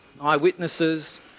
Eyewitnesses